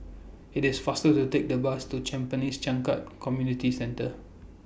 IT IS faster to Take The Bus to Tampines Changkat Community Centre